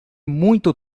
muito